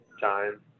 time